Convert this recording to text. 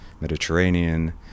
Mediterranean